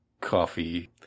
coffee